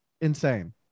insane